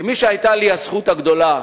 כמי שהיתה לו הזכות הגדולה